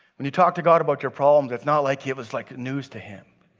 when you talk to god about your problem, that's not like it was like a news to him.